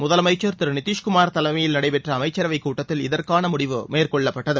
முதலமைச்சர் திரு நிதிஷ்குமார் தலைமையில் நடைபெற்ற அமைச்சரவைக் கூட்டத்தில் இதற்கான முடிவு மேற்கொள்ளப்பட்டது